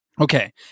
Okay